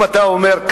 אם אתה אומר,